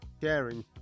sharing